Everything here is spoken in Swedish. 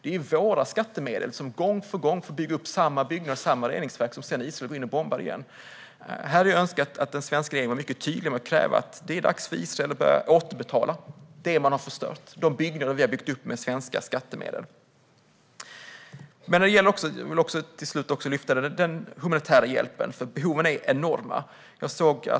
Det är ju våra skattemedel som gång på gång får bygga upp samma byggnader och reningsverk, som Israel sedan går in och bombar igen. Jag hade önskat att den svenska regeringen var mycket tydligare med att det är dags för Israel att börja återbetala det man har förstört - de byggnader vi har byggt upp med svenska skattemedel. Jag vill till slut även lyfta fram den humanitära hjälpen. Behoven är nämligen enorma.